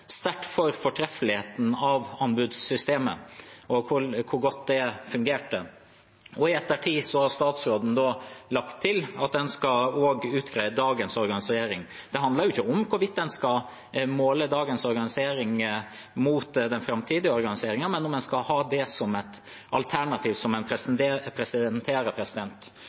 sterkt for fortreffeligheten av anbudssystemet og hvor godt det fungerte, og i ettertid har statsråden lagt til at en også skal utrede dagens organisering. Det handler jo ikke om hvorvidt en skal måle dagens organisering mot den framtidige organiseringen, men om en skal ha det som et alternativ som en presenterer.